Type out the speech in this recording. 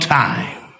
time